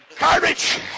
garbage